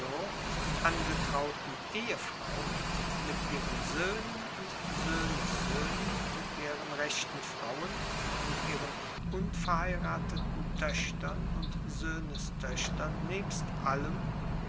angetrauten ehefrau mit ihren soehnen und sohnessoehnen und deren rechten frauen und ihren unverheirateten toechtern und sohnestoechtern nebst allem